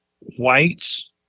whites